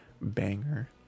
banger